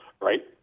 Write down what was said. right